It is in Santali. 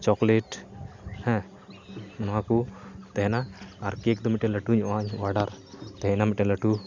ᱪᱚᱠᱞᱮᱴ ᱦᱮᱸ ᱱᱚᱣᱟᱠᱚ ᱛᱟᱦᱮᱱᱟ ᱟᱨ ᱠᱮᱠ ᱫᱚ ᱢᱤᱫᱴᱮᱱ ᱞᱟᱹᱴᱩᱧᱚᱜᱼᱟᱜ ᱚᱰᱟᱨ ᱛᱟᱦᱮᱱᱟ ᱢᱤᱫᱴᱮᱱ ᱞᱟᱹᱴᱩ